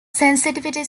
sensitivity